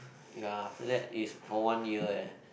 ya after that is whole one year eh